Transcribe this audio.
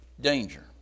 danger